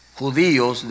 judíos